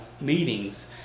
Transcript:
meetings